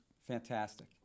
Fantastic